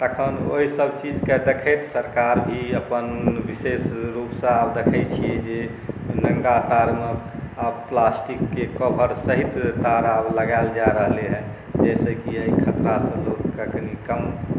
तखन ओहिसब चीजके देखैत सरकार भी अपन विशेष रूपसँ आब देखै छी जे नङ्गा तारमे आब प्लस्टिकके कवर सहित तार आब लगाएल जा रहलै हँ जाहिसँ कि एहि खतरासँ लोकके कनि कम